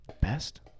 Best